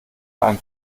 einen